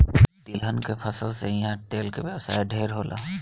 तिलहन के फसल से इहा तेल के व्यवसाय ढेरे होला